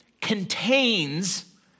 contains